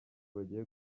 bagiye